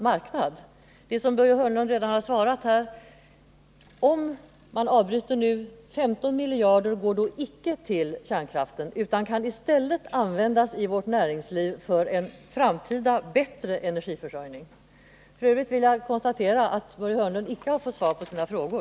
Det är som Börje Hörnlund redan sagt: Om man avbryter utbyggnaden nu går 15 miljarder icke till kärnkraften utan kan i stället användas i vårt näringsliv för en bättre framtida energiförsörjning. F. ö. vill jag konstatera att Börje Hörnlund icke har fått svar på sina frågor.